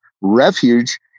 refuge